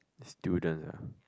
student lah